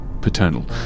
paternal